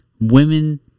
women